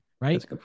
Right